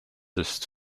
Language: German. ist